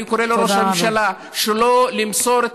אני קורא לראש הממשלה שלא למסור את